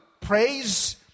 praise